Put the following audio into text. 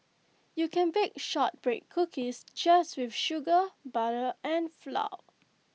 you can bake Shortbread Cookies just with sugar butter and flour